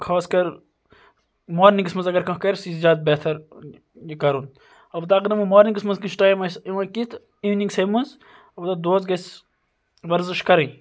خاص کر مارنِنٛگَس مَنٛز اگر کانٛہہ کَرِ سُہ چھُ زیادٕ بہتر یہِ کَرُن اَلبَتہ اگر نہٕ وۄنۍ مارنِنٛگَس مَنٛز کٲنٛسہِ ٹایم آسہِ یِوان کینٛہہ تہٕ اِونِنٛگَسٕے مَنٛز مَطلَب دۄہَس گَژھِ ورزش کَرٕنۍ